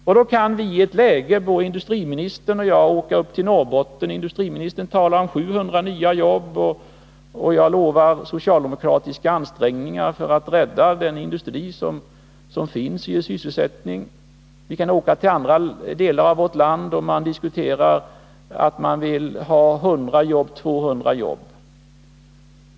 Både industriministern och jag kan naturligtvis i detta läge åka upp till Norrbotten. Industriministern talar där om 700 nya jobb, och jag lovar socialdemokratiska ansträngningar för att rädda den industri som finns och ger sysselsättning. Vi kan också åka till andra delar av vårt land och diskutera 100 jobb eller 200 jobb.